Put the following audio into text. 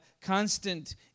constant